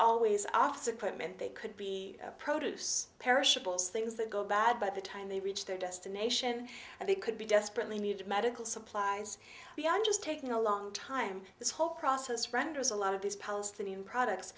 always office equipment they could be produce perishables things that go bad by the time they reach their destination and they could be desperately needed medical supplies beyond just taking a long time this whole process renders a lot of these palestinian products